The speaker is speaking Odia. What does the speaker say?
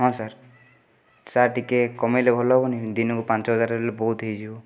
ହଁ ସାର୍ ସାର୍ ଟିକିଏ କମେଇଲେ ଭଲହେବନି ଦିନକୁ ପାଞ୍ଚହଜାର ହେଲେ ବହୁତ ହେଇଯିବ